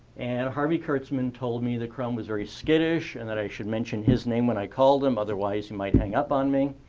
and harvey kurtzman told me that crumb was very skittish and that i should mention his name when i called, um otherwise he might hang up on me.